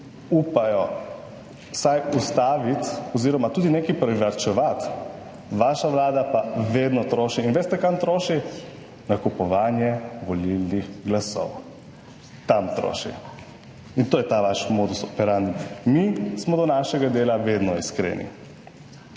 upajo vsaj ustaviti oziroma tudi nekaj privarčevati, vaša vlada pa vedno troši in veste kam troši, nakupovanje volilnih glasov, tam troši in to je ta vaš modus operandi. Mi smo do našega dela vedno iskreni